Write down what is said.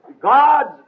God's